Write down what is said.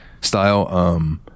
style